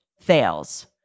fails